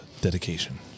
dedication